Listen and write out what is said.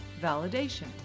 validation